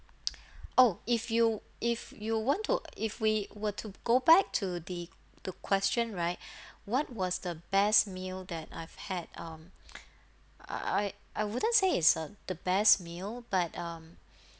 oh if you if you want to if we were to go back to the the question right what was the best meal that I've had um I I I wouldn't say is a the best meal but um